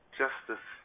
justice